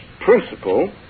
principle